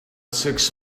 six